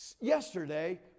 yesterday